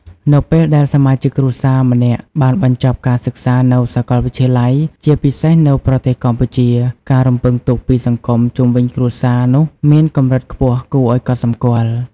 នៅពេលដែលសមាជិកគ្រួសារម្នាក់បានបញ្ចប់ការសិក្សានៅសាកលវិទ្យាល័យ ជាពិសេសនៅប្រទេសកម្ពុជា ការរំពឹងទុកពីសង្គមជុំវិញគ្រួសារនោះមានកម្រិតខ្ពស់គួរឱ្យកត់សម្គាល់។